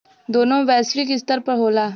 दोनों वैश्विक स्तर पर होला